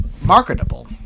marketable